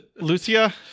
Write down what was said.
Lucia